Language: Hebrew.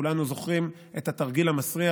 כולנו זוכרים את התרגיל המסריח,